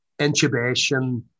intubation